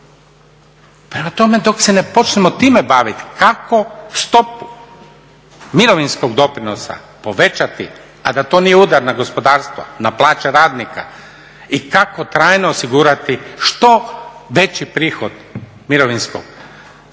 Prema tome, dok se ne počnemo time baviti kako stopu mirovinskog doprinosa povećati, a da to nije udar na gospodarstvo, na plaće radnika i kako trajno osigurati što veći prihod Mirovinskog fonda